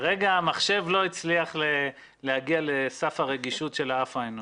כרגע המחשב לא הצליח להגיע לסף הרגישות של האף האנושי.